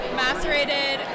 macerated